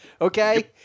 Okay